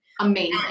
Amazing